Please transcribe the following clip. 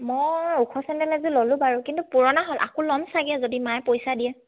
মই ওখ চেণ্ডেল এযোৰ ল'লো বাৰু কিন্তু পুৰণা হ'ল আকৌ ল'ম ছাগে যদি মায়ে পইচা দিয়ে